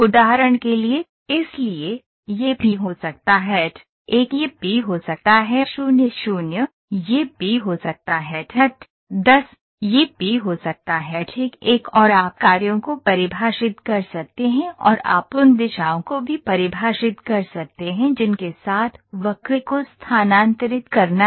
उदाहरण के लिए इसलिए यह पी हो सकता है1 यह P हो सकता है00 यह P हो सकता है10 यह P हो सकता है1 1और आप कार्यों को परिभाषित कर सकते हैं और आप उन दिशाओं को भी परिभाषित कर सकते हैं जिनके साथ वक्र को स्थानांतरित करना है